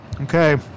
Okay